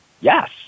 Yes